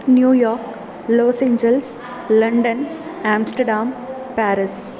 New York Los Angeles London Amsterdam Paris